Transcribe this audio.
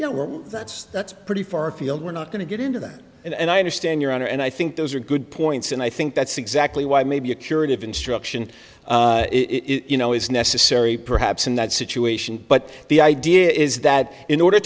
what that's that's pretty far afield we're not going to get into that and i understand your honor and i think those are good points and i think that's exactly why maybe a curative instruction it you know is necessary perhaps in that situation but the idea is that in order